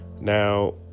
Now